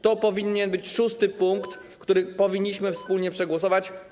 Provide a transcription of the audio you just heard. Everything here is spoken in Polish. To powinien być 6 punkt, który powinniśmy wspólnie przegłosować.